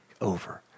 over